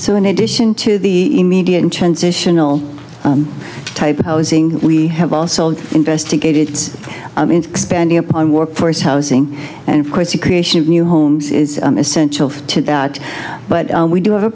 so in addition to the immediate in transition all type of housing we have also investigated i mean expanding upon workforce housing and of course the creation of new homes is essential to that but we do have a